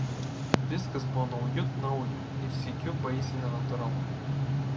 viskas buvo naujut nauja ir sykiu baisiai nenatūralu